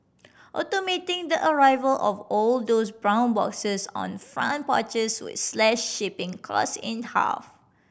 automating the arrival of all those brown boxes on front porches would slash shipping cost in half